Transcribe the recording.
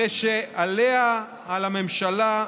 הרי שעליה, על הממשלה,